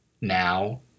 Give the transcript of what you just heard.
Now